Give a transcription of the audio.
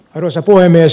arvoisa puhemies